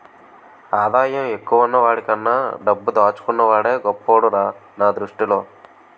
ఆదాయం ఎక్కువున్న వాడికన్నా డబ్బు దాచుకున్న వాడే గొప్పోడురా నా దృష్టిలో